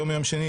היום יום שני,